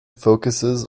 focuses